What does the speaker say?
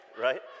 right